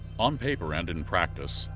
on paper and in practice,